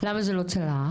למה זה לא צלח?